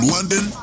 London